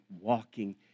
walking